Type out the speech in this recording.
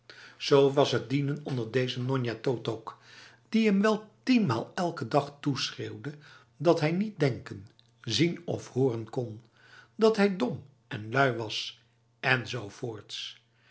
z was het dienen onder deze njonjatotok die hem wel tienmaal elke dag toeschreeuwde dat hij niet denken zien of horen kon dat hij dom en lui was enzovoort